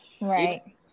Right